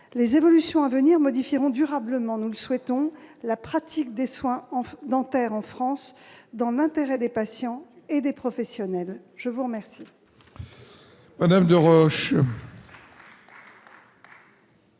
Les évolutions à venir modifieront durablement- nous le souhaitons -la pratique des soins dentaires en France, dans l'intérêt des patients et des professionnels. La parole